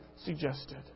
Suggested